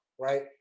right